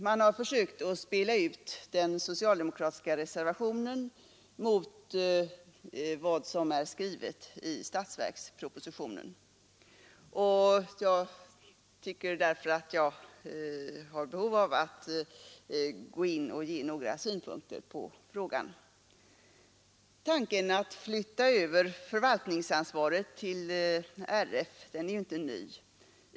Man har försökt att spela ut den socialdemokratiska reservationen mot vad som är skrivet i statsverkspropositionen, och jag har därför behov av att gå in i debatten och anföra några synpunkter på frågan. Tanken att flytta över förvaltningsansvaret till Riksidrottsförbundet är ju inte ny.